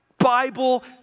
Bible